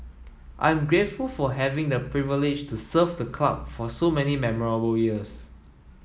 I am grateful for having had the privilege to serve the club for so many memorable years